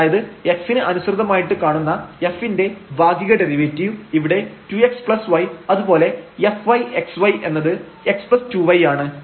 അതായത് x ന് അനുസൃതമായിട്ട് കാണുന്ന f ന്റെ ഭാഗിക ഡെറിവേറ്റീവ് ഇവിടെ 2xy അതുപോലെ fyxy എന്നത് x2y ആണ്